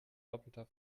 doppelter